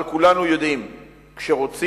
אבל כולנו יודעים שכשרוצים,